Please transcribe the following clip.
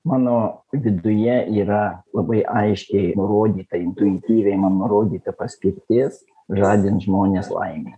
mano viduje yra labai aiškiai nurodyta intuityviai man nurodyta paskirtis žadint žmones laimę